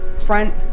front